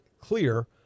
clear